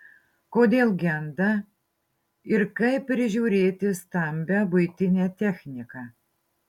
kodėl genda ir kaip prižiūrėti stambią buitinę techniką